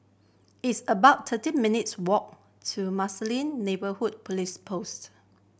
it's about thirteen minutes' walk to Marsiling Neighbourhood Police Post